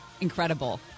Incredible